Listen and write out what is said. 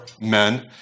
men